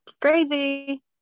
crazy